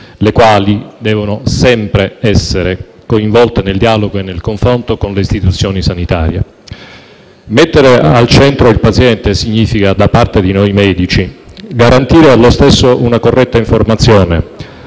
le quali devono sempre essere coinvolte nel dialogo e nel confronto con le istituzioni sanitarie. Mettere al centro il paziente significa - da parte di noi medici - garantire allo stesso una corretta informazione